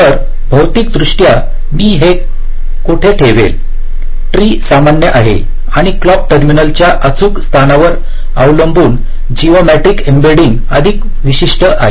तर भौमितिकदृष्ट्या मी हे कोठे ठेवेन ट्री सामान्य आहे आणि क्लॉक टर्मिनलच्या अचूक स्थानावर अवलंबून जिओमेट्रिक एम्बेडिंग अधिक विशिष्ट आहे